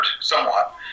somewhat